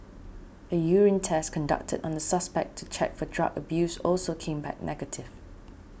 a urine test conducted on the suspect to check for drug abuse also came back negative